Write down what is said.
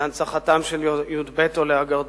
להנצחתם של י"ב עולי הגרדום.